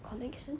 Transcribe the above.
connection